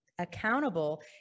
accountable